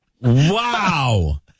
wow